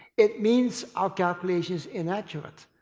it means our calculation is inaccurate,